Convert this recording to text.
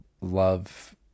love